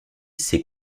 c’est